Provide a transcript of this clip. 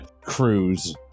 Cruise